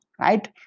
right